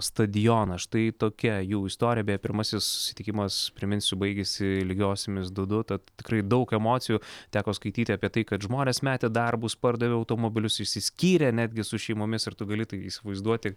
stadioną štai tokia jų istorija beje pirmasis susitikimas priminsiu baigėsi lygiosiomis du du tad tikrai daug emocijų teko skaityti apie tai kad žmonės metė darbus pardavė automobilius išsiskyrė netgi su šeimomis ar tu gali tai įsivaizduoti